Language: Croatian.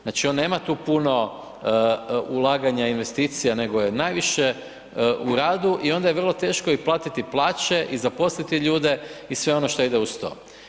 Znači, on nema tu puno ulaganja i investicija, nego je najviše u radu i onda je vrlo teško i platiti plaće i zaposliti ljude i sve ono što ide uz to.